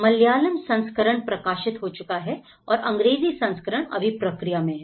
मलयालम संस्करण प्रकाशित हो चुका है और अंग्रेजी संस्करण अभी प्रक्रिया में हैं